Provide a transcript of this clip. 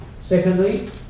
Secondly